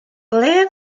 ble